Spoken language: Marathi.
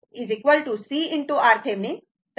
म्हणून tau C ✕ RThevenin